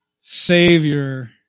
Savior